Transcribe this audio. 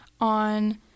on